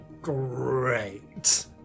great